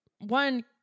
one